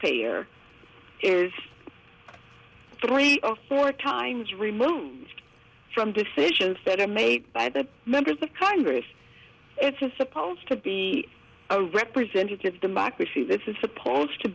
payer is three or four times removed from decisions that are made by the members of congress it's supposed to be a representative democracy that is supposed to